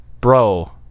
bro